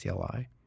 CLI